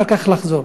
אחר כך לחזור,